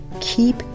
Keep